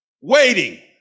waiting